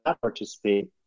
participate